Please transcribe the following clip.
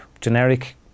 generic